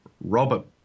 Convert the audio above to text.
Robert